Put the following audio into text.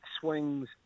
swings